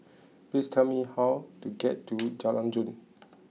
please tell me how to get to Jalan Jong